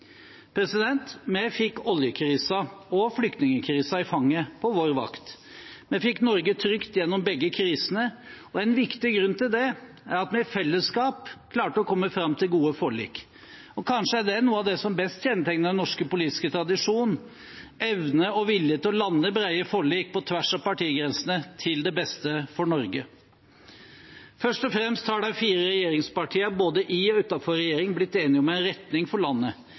Vi fikk oljekrisen og flyktningkrisen i fanget på vår vakt. Vi fikk Norge trygt gjennom begge krisene. En viktig grunn til det er at vi i fellesskap klarte å komme fram til gode forlik. Kanskje er det noe av det som best kjennetegner den norske politiske tradisjonen: evne og vilje til å lande brede forlik på tvers av partigrensene til det beste for Norge. Først og fremst har de fire regjeringspartiene, både i og utenfor regjering, blitt enige om en retning for landet